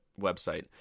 website